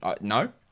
No